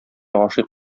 гашыйк